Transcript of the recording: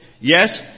Yes